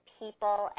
people